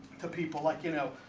the people like you know